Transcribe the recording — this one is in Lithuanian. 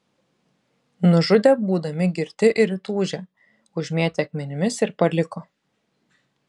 nužudė būdami girti ir įtūžę užmėtė akmenimis ir paliko